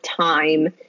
time